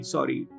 Sorry।